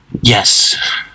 Yes